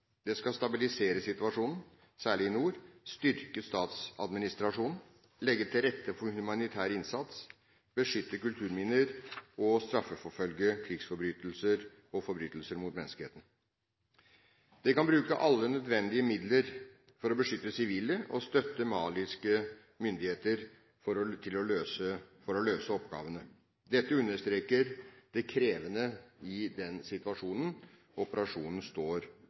Den skal stabilisere situasjonen, særlig i nord, styrke statsadministrasjonen, legge til rette for humanitær innsats, beskytte kulturminner og straffeforfølge krigsforbrytelser og forbrytelser mot menneskeheten. Den kan bruke alle nødvendige midler for å beskytte sivile og støtte maliske myndigheter for å løse oppgavene. Dette understreker det krevende i den situasjonen som operasjonen står